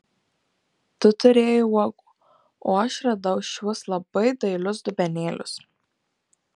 tu turėjai uogų o aš radau šiuos labai dailius dubenėlius